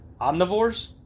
Omnivores